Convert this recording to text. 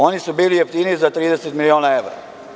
Oni su bili jeftiniji za 30 miliona evra.